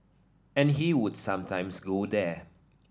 and he would sometimes go there